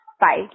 Bye